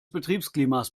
betriebsklimas